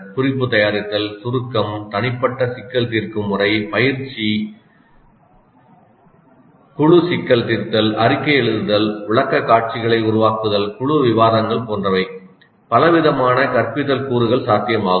குறிப்பு தயாரித்தல் சுருக்கம் தனிப்பட்ட சிக்கல் தீர்க்கும் முறை பயிற்சி பயிற்சி சிக்கல்களின் அர்த்தத்தில் குழு சிக்கல் தீர்த்தல் அறிக்கை எழுதுதல் விளக்கக்காட்சிகளை உருவாக்குதல் குழு விவாதங்கள் போன்றவை பலவிதமான கற்பித்தல் கூறுகள் சாத்தியமாகும்